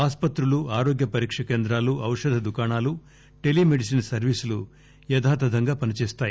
ఆస్పత్రులు ఆరోగ్య పరీక్ష కేంద్రాలు ఔషధ దుకాణాలు టెలీమెడిసిన్ సర్వీసులు యథాతథంగా పని చేస్తాయి